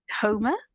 Homer